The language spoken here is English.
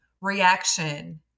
reaction